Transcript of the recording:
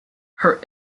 her